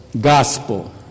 Gospel